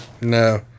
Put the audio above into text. No